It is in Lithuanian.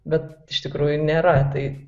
bet iš tikrųjų nėra tai